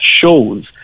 shows